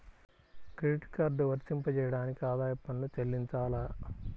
Credit card వర్తింపజేయడానికి ఆదాయపు పన్ను చెల్లించాలా?